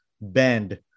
Bend